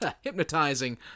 hypnotizing